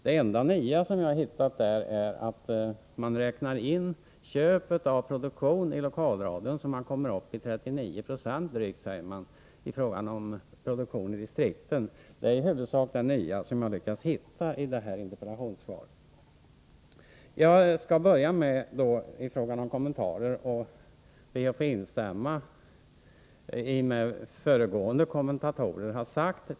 Det enda nya som jag hittade där är att man räknar in köpet av programmen från Lokalradion, så att andelen distriktsproducerade program är uppe i drygt 39 20. Det är huvudsakligen det nya som man har lyckats hitta i interpellationssvaret. Jag skall börja med att instämma i vad föregående kommentatorer har sagt.